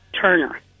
turner